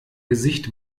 gesicht